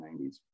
1990s